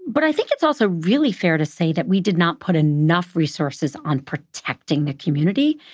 but i think it's also really fair to say that we did not put enough resources on protecting the community.